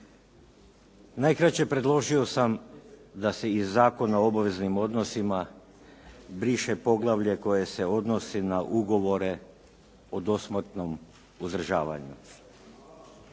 Najkraće predložio sam da se iz Zakona o obveznim odnosima briše poglavlje koje se odnosi na ugovore o dosmrtnom uzdržavanju.